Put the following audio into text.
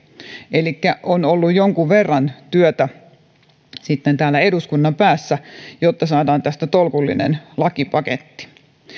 elikkä on ollut jonkun verran työtä täällä eduskunnan päässä jotta on saatu tästä tolkullinen lakipaketti